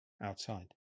outside